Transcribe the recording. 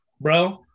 bro